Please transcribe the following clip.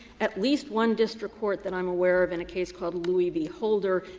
at least one district court that i'm aware of, in a case called louie v. holder,